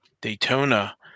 Daytona